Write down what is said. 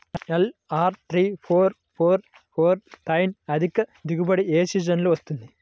NLR three four four four nine అధిక దిగుబడి ఏ సీజన్లలో వస్తుంది?